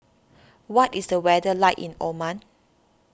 what is the weather like in Oman